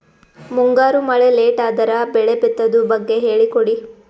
ಮುಂಗಾರು ಮಳೆ ಲೇಟ್ ಅದರ ಬೆಳೆ ಬಿತದು ಬಗ್ಗೆ ಹೇಳಿ ಕೊಡಿ?